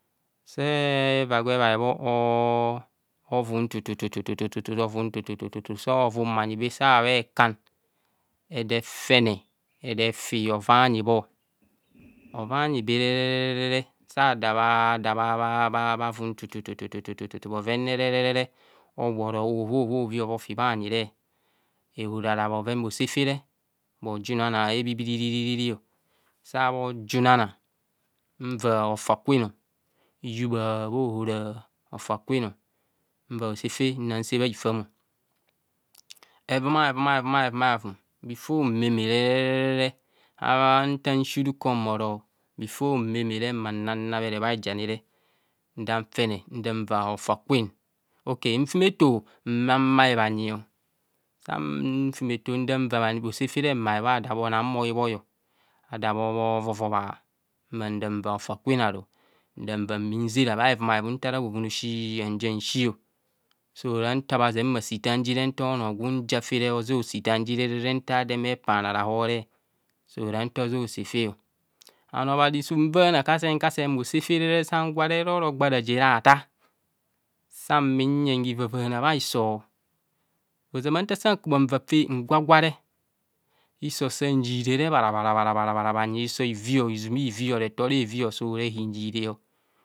Se va gwe ebhae bhe, ovun tututu, avan tututu so vun bhanyi bee saa bhe kan, edefene efi ovae a nyi bho. Ovai anyi re. rer. re, re saa da bha vun tututu, bhoven re oworo ovi ovi ovi ova ofi bhanyi re, ehorara bhosa fe re, bho junana hebibiriri, sa bho junana nva hofa kwen ọ hiyubha, bhaohara, hofa kwen ọ, nva bho sa fe nang saa bhahifam ọ. Hevum aevum aevum aevum before meme re, re, re, nta shi ruko mbhoro before meme namere bhaijane re, nda ntene nva hofa kwen, okayi mfemato nang bae bhanyi o nfumeto nda va bhosa fe re mbae bhoo bho nang boi boi, ada bho vovabha, mang da nva hofa kwen aru da bva bhi zạra bha hevuma vum nta ra bhoven aoshi hazeng shio. So ra ra nta bha zeng bha saa ithem jire nto onọọ gwu ja fere ozeng osaa ithem jire re, ne, re nte zeng epaana raho re, so ra nto zeng osạạ fe ọ. And obhazi su vaana kasen, kasen, bhosaa fe re sang gwa re, ororo gba raje rathea, sang bhi nyeng hivavaana bhaiso, ozama nta sạạ fe ngwa, gwa re, hiso sa nyire re bhara, bhara. bhara, hiso hiviii ọ reto re vii ọ, ivuma ivii o so hinyire o.